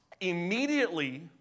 immediately